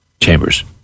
chambers